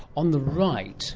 on the right